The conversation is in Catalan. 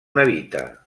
habita